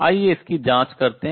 आइए इसकी जांच करते हैं